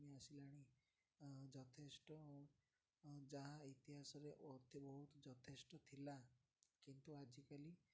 କମି ଆସିଲାଣି ଯଥେଷ୍ଟ ଯାହା ଇତିହାସରେ ଅତି ବହୁତ ଯଥେଷ୍ଟ ଥିଲା କିନ୍ତୁ ଆଜିକାଲି